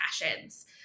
passions